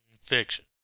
Fiction